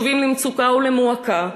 הקשובים למצוקה ולמועקה,